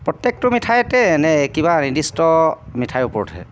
প্ৰত্যেকটো মিঠাইতে নে কিবা নিৰ্দিষ্ট মিঠাইৰ ওপৰতহে